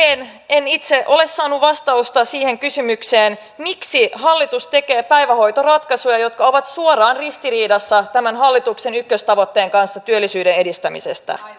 ja edelleen en itse ole saanut vastausta siihen kysymykseen miksi hallitus tekee päivähoitoratkaisuja jotka ovat suoraan ristiriidassa tämän hallituksen ykköstavoitteen kanssa työllisyyden edistämisestä